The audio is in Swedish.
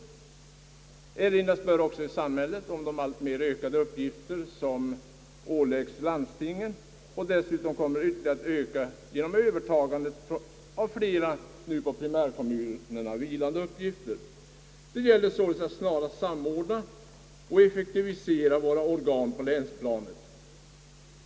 I sammanhanget bör också erinras om de alltmer ökade uppgifter som ålägges landstingen och som dessutom ytterligare kommer att öka genom övertagande av flera på primärkommunerna nu vilande uppgifter. Det gäller således att snarast samordna och effektivisera våra organ på länsplanet.